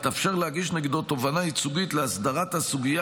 יתאפשר להגיש נגדו תובענה ייצוגית להסדרת הסוגיה,